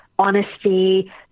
honesty